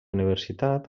universitat